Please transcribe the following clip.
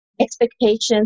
expectations